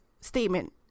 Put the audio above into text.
statement